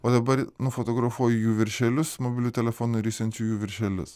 o dabar nufotografuoju jų viršelius mobiliu telefonu ir išsiunčiu jų viršelius